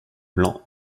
plan